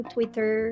Twitter